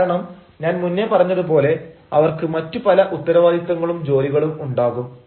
കാരണം ഞാൻ മുമ്പേ പറഞ്ഞതുപോലെ അവർക്ക് മറ്റു പല ഉത്തരവാദിത്വങ്ങളും ജോലികളും ഉണ്ടാകും